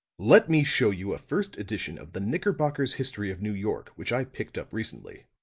let me show you a first edition of the knickerbocker's history of new york which i picked up recently.